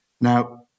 Now